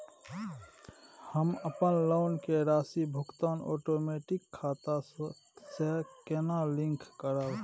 हम अपन लोन के राशि भुगतान ओटोमेटिक खाता से केना लिंक करब?